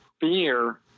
fear